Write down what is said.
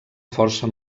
força